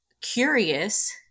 curious